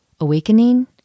awakening